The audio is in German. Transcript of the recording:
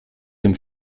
dem